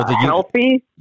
healthy